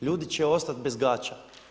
Ljudi će ostati bez gaća.